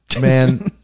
man